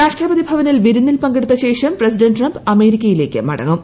രാഷ്ട്രപതി ഭവനിൽ വിരുന്നിൽ പങ്കെടുത്ത ശേഷം പ്രസിഡന്റ് ട്രംപ് അമേരിക്കയിലേക്ക് മടങ്ങും